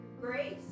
Grace